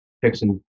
fixing